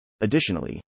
Additionally